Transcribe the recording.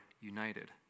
united